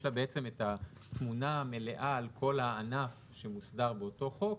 יש לה את התמונה המלאה על כל הענף שמוסדר באותו חוק,